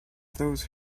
those